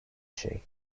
şey